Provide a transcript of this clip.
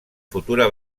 futura